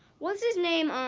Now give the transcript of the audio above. was his name